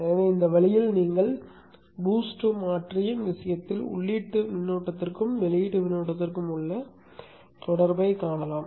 எனவே இந்த வழியில் நீங்கள் BOOST மாற்றியின் விஷயத்தில் உள்ளீட்டு மின்னோட்டத்திற்கும் வெளியீட்டு மின்னோட்டத்திற்கும் உள்ள தொடர்பைக் காணலாம்